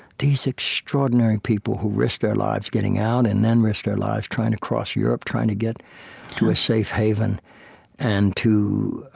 these extraordinary people who risked their lives getting out and then risked their lives trying to cross europe, trying to get to a safe haven and to